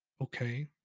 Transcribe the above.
Okay